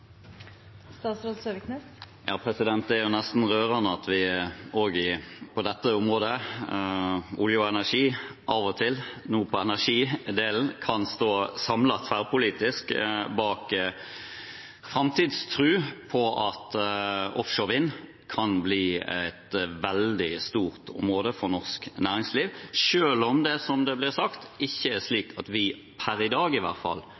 nesten rørende at vi også på olje- og energiområdet – nå på energidelen – av og til kan stå samlet, tverrpolitisk, i framtidstroen på at offshore vind kan bli et veldig stort område for norsk næringsliv, selv om vi, som det ble sagt, per i dag ikke har behov for fornybar energi-produksjon fra offshore vind, fordi vi har både vannkraft og etter hvert